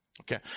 Okay